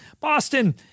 Boston